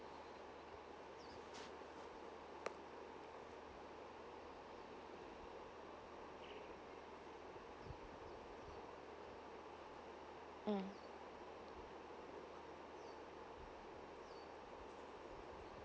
mm